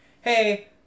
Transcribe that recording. hey